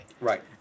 Right